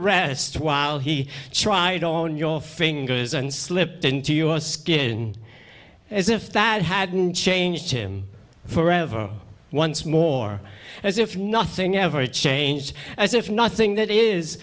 rest while he tried on your fingers and slipped into your skin as if that hadn't changed him forever once more as if nothing ever changed as if nothing that is